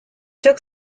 took